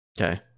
Okay